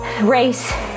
race